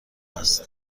است